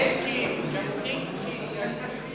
אדוני היושב-ראש, את משנתו עכשיו.